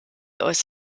aus